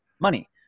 money